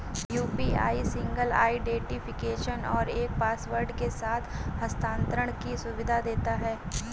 UPI single identification और एक password के साथ हस्थानांतरण की सुविधा देता है